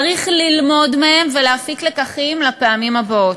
צריך ללמוד מהם ולהפיק לקחים לפעמים הבאות.